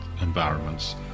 environments